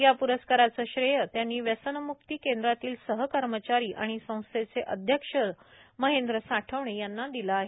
या पुरस्काराचे श्रेय त्यांनी व्यसनमुक्ती केंद्रातील सहकर्मचारी आणि संस्थेचे अध्यक्ष सचिव महेंद्र साठवणे यांना दिले आहे